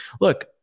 look